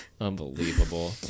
Unbelievable